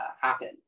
happen